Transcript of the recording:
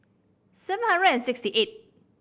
seven hundred and sixty eight